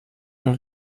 mehr